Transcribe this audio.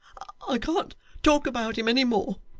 i can't talk about him any more.